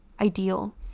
ideal